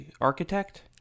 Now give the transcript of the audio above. architect